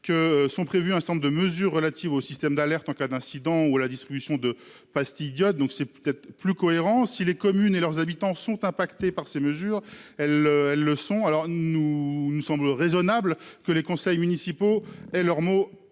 lequel sont prévues un certain nombre de mesures relatives au système d'alerte en cas d'incident ou à la distribution de pastilles d'iode. C'est donc plus cohérent. Si les communes et leurs habitants sont touchés par ces mesures, il nous semble raisonnable que les conseils municipaux aient leur mot